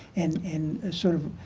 and and sort of